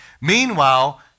Meanwhile